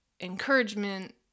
encouragement